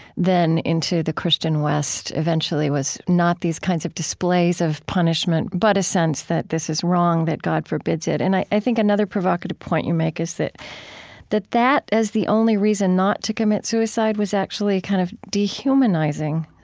then, into the christian west eventually was not these kinds of displays of punishment, but a sense that this is wrong, that god forbids it. and i think another provocative point you make is that that that as the only reason not to commit suicide was actually kind of dehumanizing.